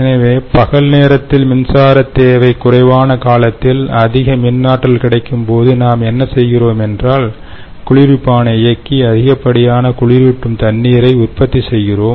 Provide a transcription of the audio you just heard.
எனவே பகல் நேரத்தில் மின்சாரத் தேவை குறைவான காலத்தில் அதிக மின் ஆற்றல் கிடைக்கும்போது நாம் என்ன செய்கிறோம் என்றால் குளிர்விப்பானை இயக்கி அதிகப்படியான குளிரூட்டும் தண்ணீரை உற்பத்தி செய்கிறோம்